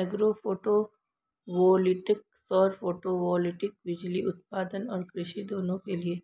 agro photovoltaic सौर photovoltaic बिजली उत्पादन और कृषि दोनों के लिए